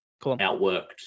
outworked